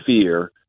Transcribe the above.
fear